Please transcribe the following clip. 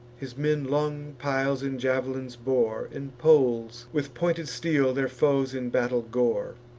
his men long piles and jav'lins bore and poles with pointed steel their foes in battle gore.